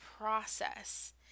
process